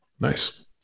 Nice